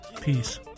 Peace